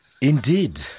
Indeed